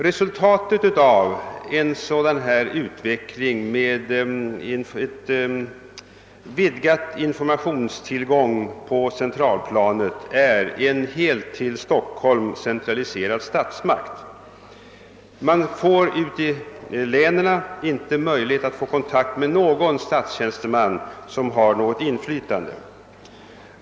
Resultatet av en sådan här utveckling med en vidgad informationstillgång på centralplanet kan bli en helt till Stockholm centraliserad statsmakt. Man får ute i länen inte möjlighet att hålla kontakt med någon statstjänsteman som har något inflytande.